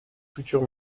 futurs